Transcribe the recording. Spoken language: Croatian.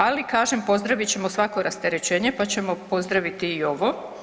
Ali kažem, pozdravit ćemo svako rasterećenje pa ćemo pozdraviti i ovo.